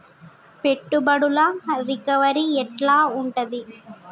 పెట్టుబడుల రికవరీ ఎట్ల ఉంటది?